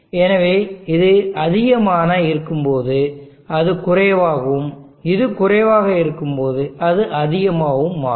எனவே இது அதிகமாக இருக்கும்போது அது குறைவாகவும் இது குறைவாக இருக்கும்போது அது அதிகமாகவும் மாறும்